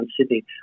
Sydney